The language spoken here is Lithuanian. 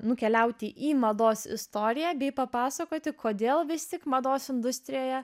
nukeliauti į mados istoriją bei papasakoti kodėl vis tik mados industrijoje